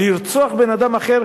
לרצוח בן אדם אחר,